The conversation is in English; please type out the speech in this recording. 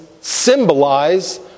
symbolize